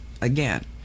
again